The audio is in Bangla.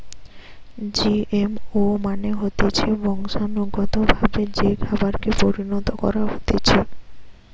জিএমও মানে হতিছে বংশানুগতভাবে যে খাবারকে পরিণত করা হতিছে